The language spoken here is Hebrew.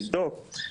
לבדוק.